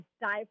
dive